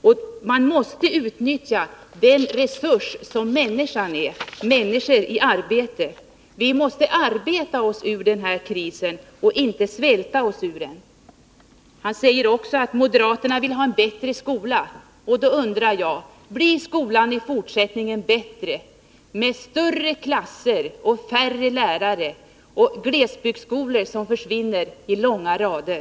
Och man måste utnyttja den resurs som människor i arbete är. Vi måste arbeta oss ur krisen och inte svälta oss ur den. Anders Högmark säger också att moderaterna vill ha en bättre skola, och då undrar jag: Blir skolan i fortsättningen bättre med större klasser och färre lärare och genom att glesbygdsskolor försvinner i långa rader?